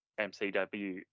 MCW